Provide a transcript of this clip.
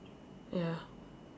ya